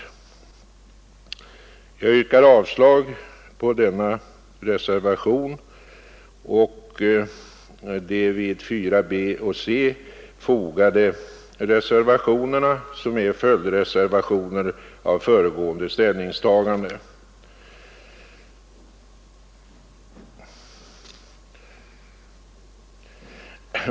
Jag yrkar avslag på reservationerna 1, 4 b och 4 c. De båda sistnämnda är följdreservationer med anledning av föregående ställningstaganden.